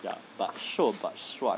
ya but 瘦 but 帅